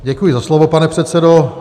Děkuji za slovo, pane předsedo.